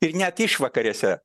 ir net išvakarėse